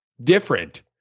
different